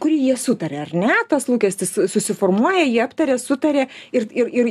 kurį jie sutarė ar ne tas lūkestis susiformuoja jį aptarė sutarė ir ir ir